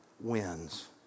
wins